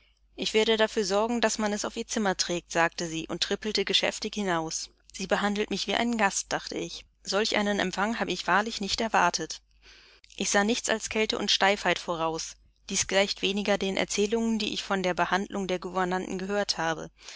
ich werde dafür sorgen daß man es auf ihr zimmer trägt sagte sie und trippelte geschäftig hinaus sie behandelt mich wie einen gast dachte ich solch einen empfang habe ich wahrlich nicht erwartet ich sah nichts als kälte und steifheit voraus dies gleicht wenig den erzählungen die ich von der behandlung der gouvernanten gehört habe